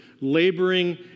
laboring